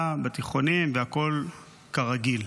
בתיכונים, והכול כרגיל.